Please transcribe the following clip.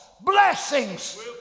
blessings